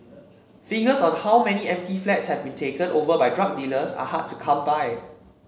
figures on how many empty flats have been taken over by drug dealers are hard to come by